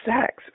sex